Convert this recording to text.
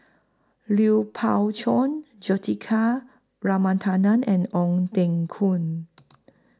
Lui Pao Chuen Juthika and Ong Teng Koon